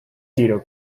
tiro